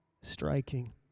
striking